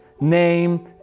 name